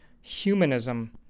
humanism